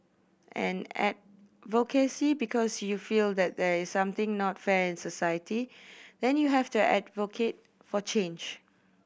and advocacy because you feel that they something not fair in society then you have to advocate for change